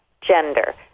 gender